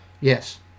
Yes